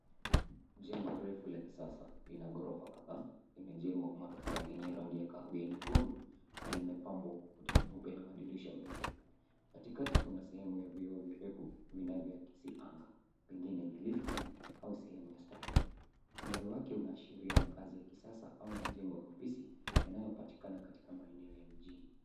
Jengo refu la kisasa, ina ghorofa kadhaa, imejengwa kwa matofali enye rangi ya kahawia nyekundu na limepambwa kwa kuta nyeupe na madirisha meupe. katikati kuna sehemu ya vioo virefu vinavyoakisi anga pengine ni lifti au sehemu ya starehe. Muundo wake unaashiria makaazi ya kisasa au majengo ya ofisi yanayopatikana katika maeneo ya mijini.